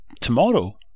tomorrow